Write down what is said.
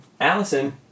Allison